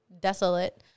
desolate